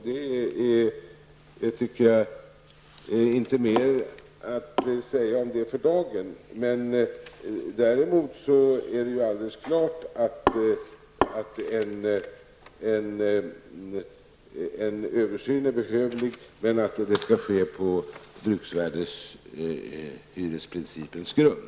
För dagen är det inte mer att säga om det, men däremot är det alldeles klart att en översyn är behövlig och att denna skall ske på bruksvärdeshyresprincipens grund.